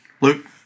Luke